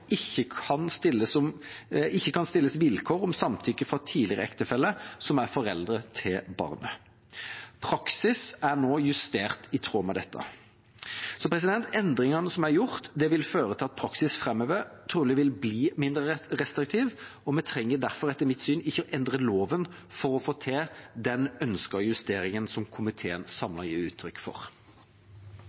ikke kan stilles vilkår om samtykke fra tidligere ektefelle som er forelder til barnet. Praksis er nå justert i tråd med dette. Endringene som er gjort, vil føre til at praksis framover trolig vil bli mindre restriktiv, og vi trenger derfor etter mitt syn ikke å endre loven for å få til den ønskede justeringen som komiteen samlet gir uttrykk for.